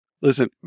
Listen